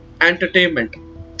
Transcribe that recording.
entertainment